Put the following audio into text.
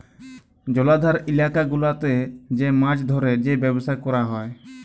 জলাধার ইলাকা গুলাতে যে মাছ ধ্যরে যে ব্যবসা ক্যরা হ্যয়